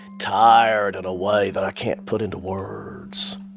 tired in a way that i can't put into words.